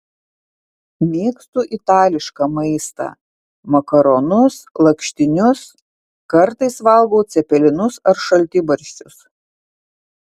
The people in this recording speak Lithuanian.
mėgstu itališką maistą makaronus lakštinius kartais valgau cepelinus ar šaltibarščius